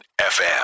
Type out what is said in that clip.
FM